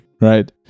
right